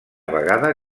vegada